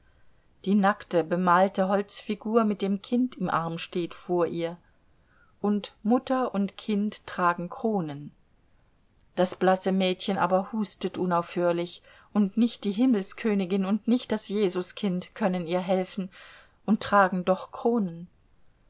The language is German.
die nackte bemalte holzfigur mit dem kind im arm steht vor ihr und mutter und kind tragen kronen das blasse mädchen aber hustet unaufhörlich und nicht die himmelskönigin und nicht das jesukind können ihr helfen und tragen doch kronen